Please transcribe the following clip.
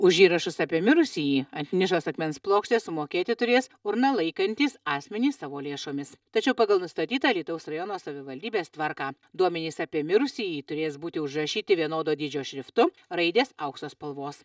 už įrašus apie mirusįjį ant nišos akmens plokštės sumokėti turės urną laikantys asmenys savo lėšomis tačiau pagal nustatytą alytaus rajono savivaldybės tvarką duomenys apie mirusįjį turės būti užrašyti vienodo dydžio šriftu raidės aukso spalvos